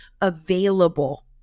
available